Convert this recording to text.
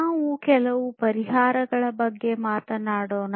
ನಾವು ಕೆಲವು ಪರಿಹಾರಗಳ ಬಗ್ಗೆ ಮಾತನಾಡೋಣ